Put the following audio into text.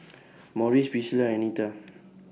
Morris Pricilla Anita